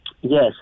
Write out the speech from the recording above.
Yes